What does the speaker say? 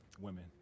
women